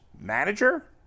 manager